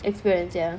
experience know